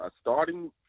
starting